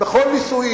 בכל נישואים.